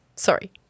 Sorry